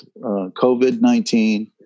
COVID-19